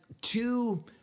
two